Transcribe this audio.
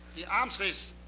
the arms race,